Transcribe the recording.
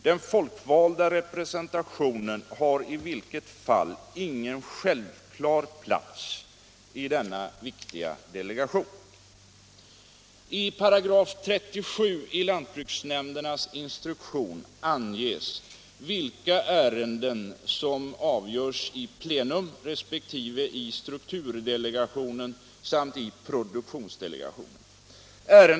Den folkvalda representationen har i varje fall ingen självklar plats i denna viktiga delegation.